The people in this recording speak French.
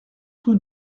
rue